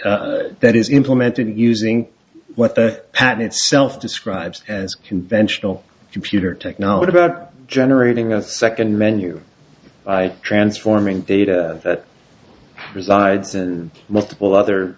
that is implemented using what the patent itself describes as conventional computer technology about generating a second menu by transforming data resides in multiple other